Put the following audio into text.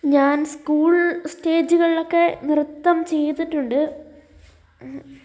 ഞാൻ സ്കൂൾ സ്റ്റേജുകളിലൊക്കെ നൃത്തം ചെയ്തിട്ടുണ്ട്